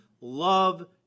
love